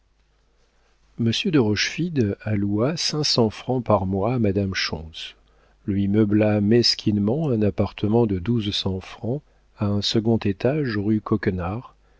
de rochefide alloua cinq cents francs par mois à madame schontz lui meubla mesquinement un appartement de douze cents francs à un second étage rue coquenard